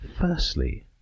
Firstly